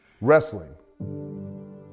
Wrestling